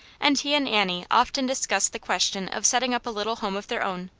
and he and annie often discussed the question of setting up a little home of their own.